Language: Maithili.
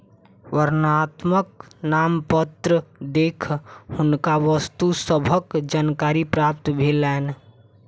वर्णनात्मक नामपत्र देख हुनका वस्तु सभक जानकारी प्राप्त भेलैन